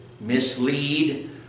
mislead